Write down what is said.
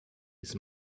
his